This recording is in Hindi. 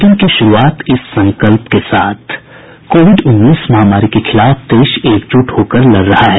बुलेटिन की शुरूआत इस संकल्प के साथ कोविड उन्नीस महामारी के खिलाफ देश एकजुट होकर लड़ रहा है